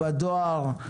בדואר,